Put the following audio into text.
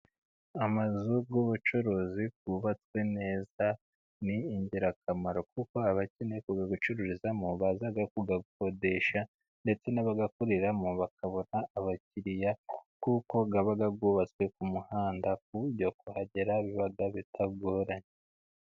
Amazu y'ubucuruzi yubatswe neza ni ingirakamaro. Kuko abakeneye kujya gucururizamo, baza kuyakodesha ndetse n'abayakoreramo bakabona abakiriya kuko aba uwubatswe ku muhanda ku byo kuhagera bibaga bitagoranye